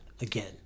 again